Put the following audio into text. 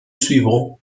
suivant